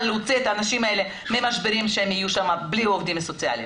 להוציא את האנשים האלה ממשברים שהם יהיו בהם בלי העובדים הסוציאליים.